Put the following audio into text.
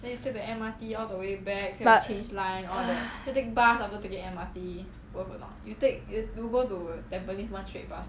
but !hais!